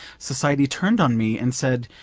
society turned on me and said,